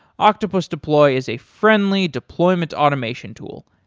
octopus deploy is a friendly deployment automation tool,